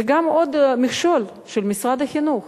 זה עוד מכשול של משרד החינוך.